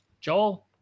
joel